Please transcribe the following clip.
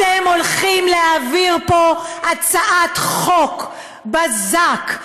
אתם הולכים להעביר פה הצעת חוק בזק,